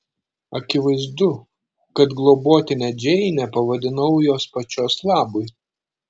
akivaizdu kad globotine džeinę pavadinau jos pačios labui